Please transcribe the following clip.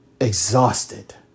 exhausted